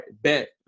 Bet